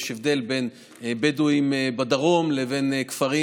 יש הבדל בין בדואים בדרום לבין כפרים